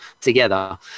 together